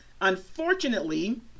unfortunately